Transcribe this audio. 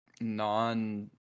non